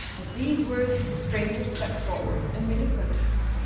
at these words the stranger stepped forward and made a protest.